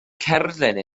cerflun